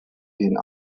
den